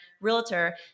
realtor